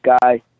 guy